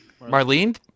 Marlene